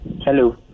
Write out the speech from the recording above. Hello